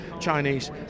Chinese